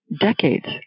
decades